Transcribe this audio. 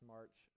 March